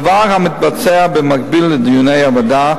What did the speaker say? דבר המתבצע במקביל לדיוני הוועדה,